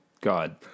God